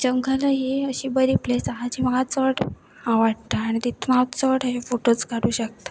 जंगल ही अशी बरी प्लेस आसा जी म्हाका चड आवडटा आनी तितून हांव चड हे फोटोज काडूं शकता